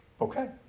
Okay